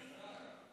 שרה.